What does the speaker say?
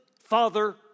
father